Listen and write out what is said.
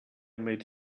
made